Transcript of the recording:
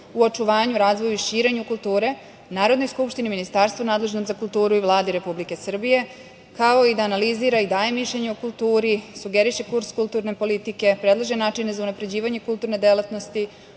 u očuvanju, razvoju i širenju kulture Narodnoj skupštini, Ministarstvu nadležnom za kulturu i Vladi Republike Srbije, kao i da analizira i daje mišljenje o kulturi, sugeriše kurs kulturne politike, predlaže načine za unapređivanje kulturne delatnosti,